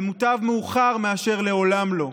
ומוטב מאוחר מאשר לעולם לא.